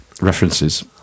references